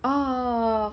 oh